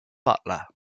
butler